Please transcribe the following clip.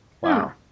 Wow